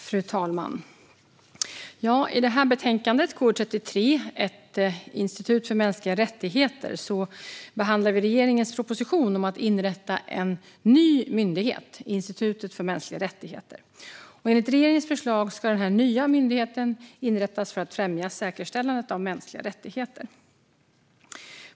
Fru talman! I betänkande KU33 Ett institut för mänskliga rättigheter behandlar vi regeringens proposition om att inrätta en ny myndighet, Institutet för mänskliga rättigheter. Enligt regeringens förslag ska den nya myndigheten inrättas för att främja säkerställandet av mänskliga rättigheter.